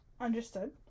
Understood